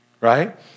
Right